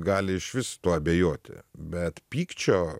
gali išvis tuo abejoti bet pykčio